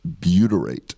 butyrate